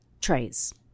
trays